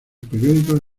periódicos